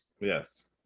Yes